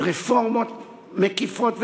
רפורמות מקיפות וחשובות.